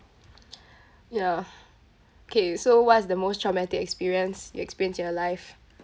ya K so what's the most traumatic experience you experienced in your life